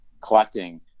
collecting